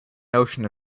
notion